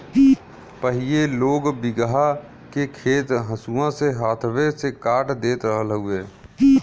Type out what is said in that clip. पहिले लोग बीघहा के खेत हंसुआ से हाथवे से काट देत रहल हवे